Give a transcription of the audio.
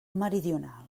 meridional